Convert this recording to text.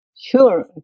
Sure